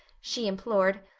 she implored.